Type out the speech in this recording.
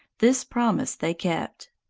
this promise they kept.